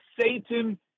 Satan